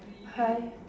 hi